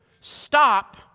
Stop